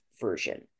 version